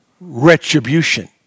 retribution